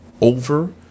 over